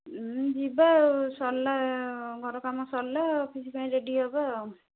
ଉଁ ଯିବା ଆଉ ସରିଲା ଘରକାମ ସଲା ଅଫିସ୍ ପାଇଁ ରେଡି ହେବା ଆଉ